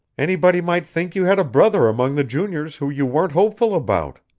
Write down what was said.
anybody might think you had a brother among the juniors who you weren't hopeful about.